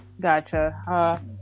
gotcha